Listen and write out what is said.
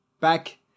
back